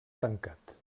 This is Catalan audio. tancat